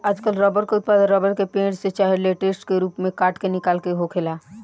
आजकल रबर के उत्पादन रबर के पेड़, से चाहे लेटेक्स के रूप में काट के निकाल के होखेला